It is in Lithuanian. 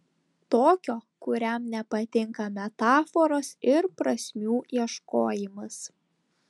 tokio kuriam nepatinka metaforos ir prasmių ieškojimas